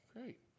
Great